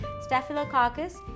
Staphylococcus